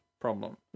problem